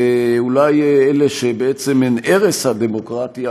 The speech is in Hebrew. ואולי אלה שבעצם הן ערש הדמוקרטיה,